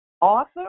author